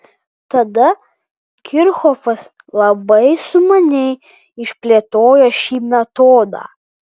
tada kirchhofas labai sumaniai išplėtojo šį metodą